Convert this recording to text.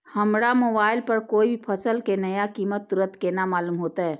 हमरा मोबाइल पर कोई भी फसल के नया कीमत तुरंत केना मालूम होते?